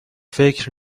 فکر